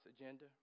agenda